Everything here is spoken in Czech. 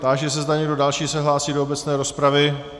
Táži se, zda někdo další se hlásí do obecné rozpravy.